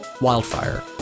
wildfire